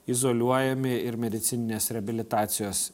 izoliuojami ir medicininės reabilitacijos